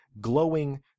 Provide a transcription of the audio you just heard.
glowing